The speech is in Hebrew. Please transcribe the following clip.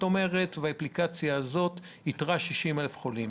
כאשר האפליקציה שלה איתרה 60,000 חולים.